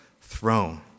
throne